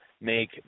make